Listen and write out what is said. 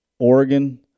Oregon